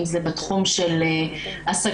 אם זה בתחום של עסקים,